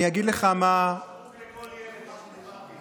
אני אגיד לך מה, זה שירות לכל ילד, בסדר,